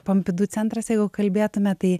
pompidu centras jeigu kalbėtume tai